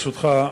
ברשותך,